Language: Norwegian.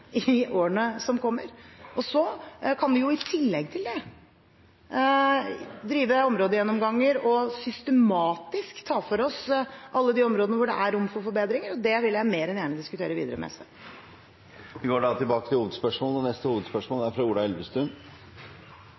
i årene som kommer. Så kan vi i tillegg til det drive områdegjennomganger og systematisk ta for oss alle de områdene hvor det er rom for forbedringer, og det vil jeg mer enn gjerne diskutere videre med SV. Vi går til neste hovedspørsmål. Mitt spørsmål går til olje- og energiministeren. Global oppvarming er